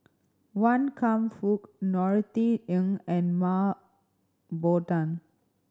Wan Kam Fook Norothy Ng and Mah Bow Tan